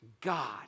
God